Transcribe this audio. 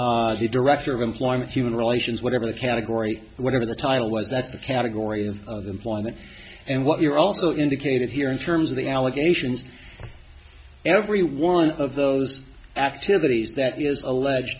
the director of employment human relations whatever the category whatever the title was that's the category of employment and what you're also indicated here in terms of the allegations every one of those activities that is alleged